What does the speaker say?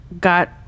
got